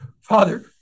Father